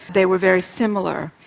they were very similar.